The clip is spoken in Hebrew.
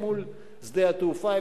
מול שדה התעופה,